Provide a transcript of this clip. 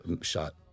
shot